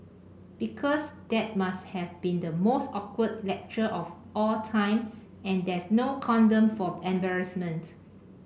because that must have been the most awkward lecture of all time and there's no condom for embarrassment